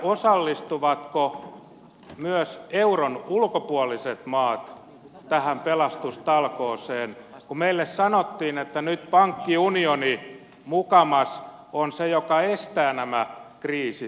osallistuvatko myös euron ulkopuoliset maat tähän pelastustalkooseen kun meille sanottiin että nyt pankkiunioni mukamas on se joka estää nämä kriisit